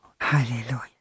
Hallelujah